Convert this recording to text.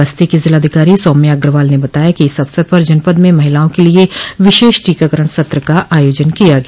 बस्ती की जिलाधिकारी सौम्या अग्रवाल ने बताया कि इस अवसर पर जनपद में महिलाओं के लिए विशेष टीकाकरण सत्र का आयोजन किया गया